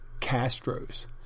Castro's